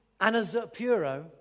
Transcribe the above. anazapuro